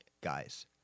guys